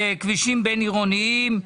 כבישים בין-עירוניים,